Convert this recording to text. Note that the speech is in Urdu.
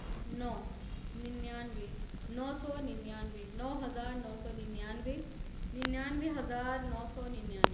نو ننانوے نو سو ننانوے نو ہزار نو سو ننانوے ننانوے ہزار نو سو ننانوے